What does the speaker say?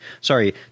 sorry